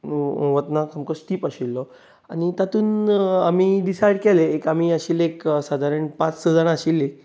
वतना सामको स्टीप आशिल्लो आनी तातूंत आमी डिसायड केलें एक आमी एक आशिल्ले सादारण पांच स जाणां आशिल्लीं